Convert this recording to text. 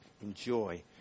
enjoy